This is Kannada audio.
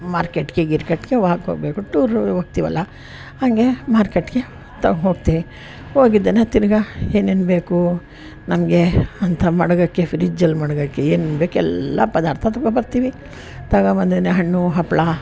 ಮಾರ್ಕೆಟ್ಟಿಗೆ ಗೀರ್ಕೆಟ್ಗೆ ವಾಕ್ ಹೋಗಬೇಕು ಟೂರ್ ಹೋಗ್ತೀವಲ್ಲಾ ಹಾಗೇ ಮಾರ್ಕೆಟ್ಟಿಗೆ ತ ಹೋಗ್ತೇನೆ ಹೋಗಿದ್ದೇನೆ ತಿರ್ಗಾ ಏನೇನು ಬೇಕು ನಮಗೆ ಅಂತ ಮಡಗಕ್ಕೆ ಫ್ರಿಜ್ಜಲ್ಲಿ ಮಡಗಕ್ಕೆ ಏನೇನು ಬೇಕು ಎಲ್ಲ ಪದಾರ್ಥ ತೊಗೊಬರ್ತೀವಿ ತಗೋ ಬಂದೀನಿ ಹಣ್ಣು ಹಂಪ್ಲ